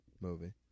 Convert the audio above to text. movie